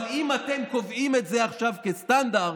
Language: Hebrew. אבל אם אתם קובעים את זה עכשיו כסטנדרט,